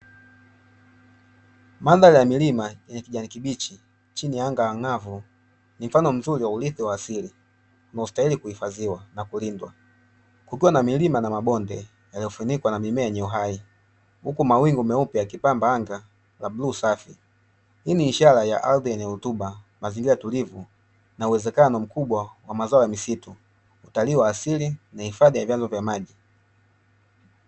Mandhari ya milima ya kijani kibichi chini ya anga angavu ni mfano mzuri wa urithi wa asili, unaostahili kuhifadhiwa na kulindwa. Kukiwa na milima na mabonde yaliofunikwa na mimea yenye uhai, huku mawingu meupe yakipamba anga la bluu safi hii ni ishara ya ardhi yenye rutuba, mazingira tulivu na uwezekano mkubwa wa mazao ya misitu, utalii wa asili na hifadhi ya vyanzo vya maji.